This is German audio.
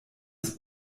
ist